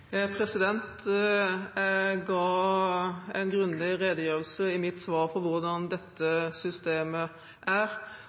Jeg ga en grundig redegjørelse i mitt svar for hvordan dette systemet er. Hvis det er noen som gjør noe ulovlig her, så er